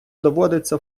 доводиться